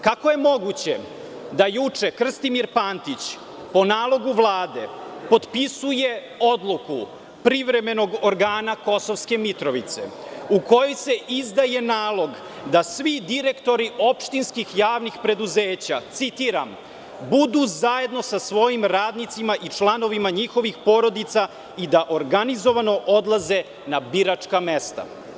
Kako je moguće da juče Krstimir Pantić, po nalogu Vlade, potpisuje odluku privremenog organa Kosovske Mitrovice u kojoj se izdaje nalog da svi direktori opštinskih javnih preduzeća, citiram: „budu zajedno sa svojim radnicima i članovima njihovih porodica i da organizovano odlaze na biračka mesta“